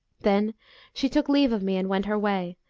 then she took leave of me and went her way,